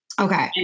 Okay